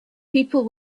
people